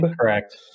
Correct